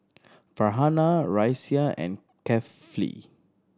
Farhanah Raisya and Kefli